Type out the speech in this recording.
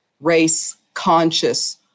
race-conscious